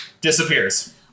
disappears